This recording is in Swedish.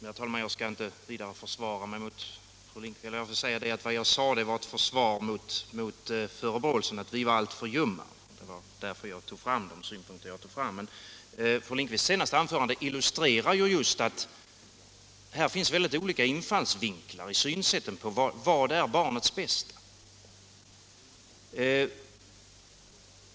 Herr talman! Jag skall inte vidare försvara mig mot fru Lindquist. Vad jag sade var ett försvar mot förebråelsen att vi var alltför ljumma. Fru Lindquists senaste anförande illustrerar just att här finns olika infallsvinklar i fråga om synen på vad som är bäst för barnet.